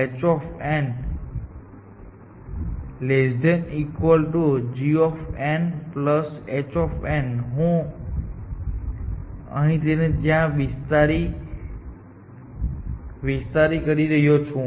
હું તેને અહીં અને ત્યાં વિસ્તારી કરી રહ્યો છું